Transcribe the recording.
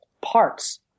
parts